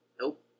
Nope